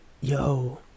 yo